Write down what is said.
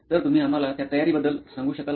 तर तुम्ही आम्हाला त्या तयारी बद्दल सांगू शकाल का